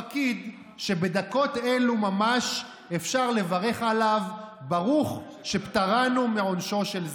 פקיד שבדקות אלו ממש אפשר לברך עליו "ברוך שפטרנו מעונשו של זה".